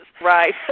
Right